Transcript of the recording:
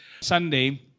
Sunday